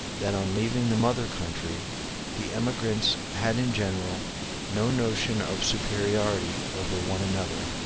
that on leaving the mother-country the emigrants had in general no notion of superiority over one another.